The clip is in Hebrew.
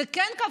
זה כן כפוף.